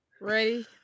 Ready